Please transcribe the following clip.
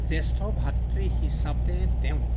জ্যেষ্ঠ ভাতৃ হিচাপে তেওঁ